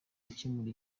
gukemura